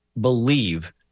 believe